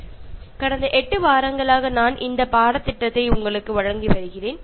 ഞാൻ നിങ്ങൾക്ക് കഴിഞ്ഞ എട്ട് ആഴ്ചകൾ ആയി ഈ കോഴ്സ് നൽകുന്നു